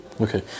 Okay